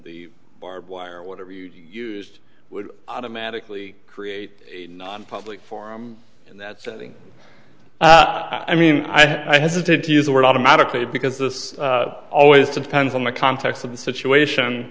the barbed wire or whatever you used would automatically create a nonpublic form in that setting i mean i'm hesitant to use the word automatically because this always depends on the context of the situation